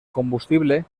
combustible